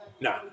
no